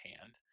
hand